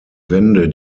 wende